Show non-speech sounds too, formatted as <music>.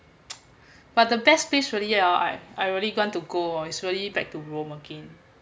<noise> but the best place really oh I really want to go oh it's really back to rome again